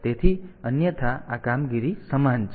તેથી અન્યથા આ કામગીરી સમાન છે